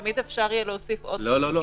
תמיד אפשר יהיה להוסיף עוד חריגים.